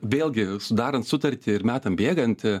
vėlgi sudarant sutartį ir metam bėgant